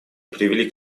привели